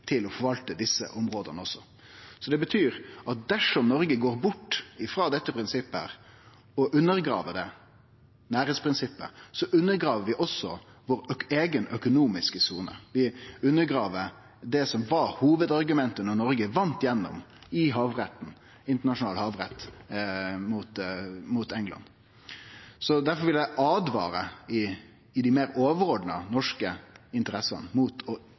går bort frå dette prinsippet og undergrev nærleiksprinsippet, undergrev vi òg vår eiga økonomiske sone. Vi undergrev det som var hovudargumentet da Noreg vann fram i den internasjonale havretten mot England. Difor vil eg åtvare mot, når det gjeld dei meir overordna norske interessene, å ekskludere kystens folk og nærleiksprinsippet frå å